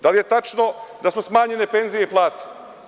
Da li je tačno da su smanjene penzije i plate?